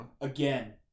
again